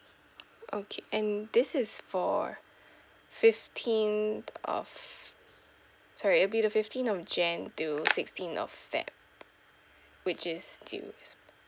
okay and this is for fifteenth of sorry it'll be the fifteenth of jan to sixteenth of feb which is due